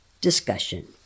Discussion